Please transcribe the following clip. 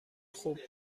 خوب